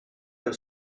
have